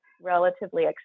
relatively